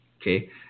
Okay